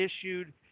issued